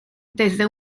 desde